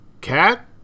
cat